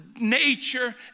nature